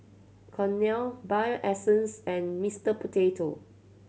Cornell Bio Essence and Mister Potato